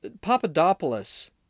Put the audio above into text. Papadopoulos